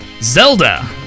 Zelda